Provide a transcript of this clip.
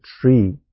tree